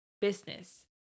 business